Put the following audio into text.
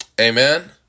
Amen